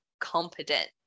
competent